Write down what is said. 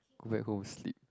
go back home sleep